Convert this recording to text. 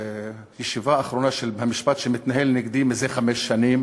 מישיבה אחרונה של משפט שמתנהל נגדי זה חמש שנים